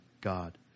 God